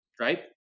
right